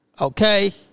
Okay